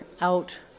out